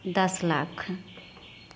दस लाख